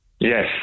Yes